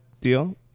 deal